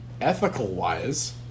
ethical-wise